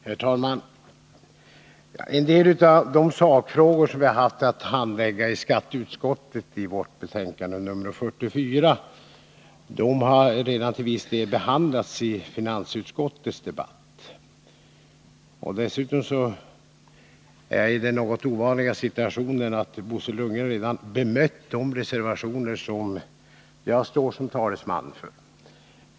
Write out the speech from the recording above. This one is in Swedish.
Herr talman! En del av de sakfrågor som vi har haft att handlägga i skatteutskottet och som redovisas i betänkande nr 44 har till viss del redan behandlats i debatten om finansutskottets betänkande. Dessutom befinner jag migi den något ovanliga situationen att Bo Lundgren redan har bemött de tiska åtgärder tiska åtgärder reservationer som jag är talesman för.